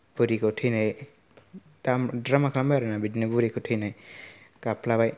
बुरैखौ थैनाय द्रामा खालामबाय आरो ना बिदिनो बुरिखौ थैनाय गाबफ्लाबाय